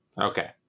Okay